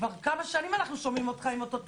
כבר כמה שנים אנחנו שומעים אותך עם אותו תקליט,